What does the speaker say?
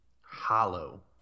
hollow